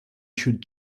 should